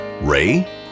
ray